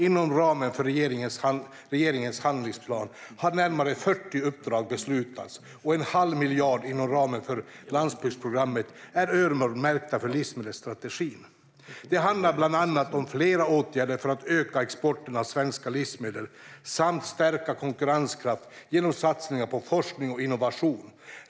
Inom ramen för regeringens handlingsplan har närmare 40 uppdrag beslutats, och en halv miljard inom ramen för landsbygdsprogrammet är öronmärkt för livsmedelsstrategin. Det handlar bland annat om flera åtgärder för att öka exporten av svenska livsmedel samt för stärkt konkurrenskraft genom satsningar på forskning och innovation.